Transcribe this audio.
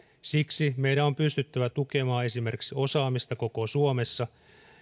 siksi meidän on pystyttävä tukemaan esimerkiksi osaamista koko suomessa